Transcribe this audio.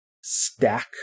stack